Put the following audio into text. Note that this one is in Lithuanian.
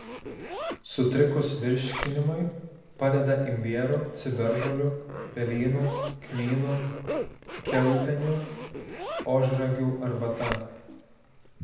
sutrikus virškinimui padeda imbierų ciberžolių pelynų kmynų kiaulpienių ožragių arbata